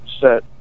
Set